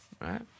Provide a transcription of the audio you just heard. Right